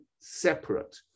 separate